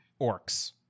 Orcs